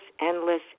endless